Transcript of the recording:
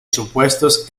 supuestos